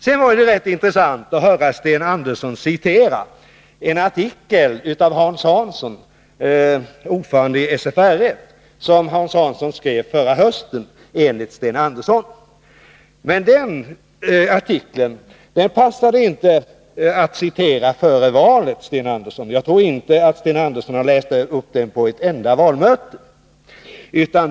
Det var intressant att höra Sten Andersson citera en artikel förra hösten av Hans Hansson, ordförande i SFRF. Men den artikeln passade det inte att 175 citera före valet. Jag tror inte att Sten Andersson har läst upp den på ett enda valmöte.